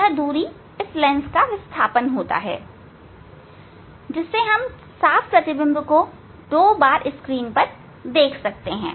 यह इस लेंस का विस्थापन होता है जिससे हमें साफ प्रतिबिंब दो बार स्क्रीन पर मिलता है